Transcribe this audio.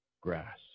grass